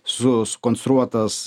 su sukonstruotas